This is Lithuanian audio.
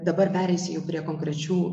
dabar pereisiu jau prie konkrečių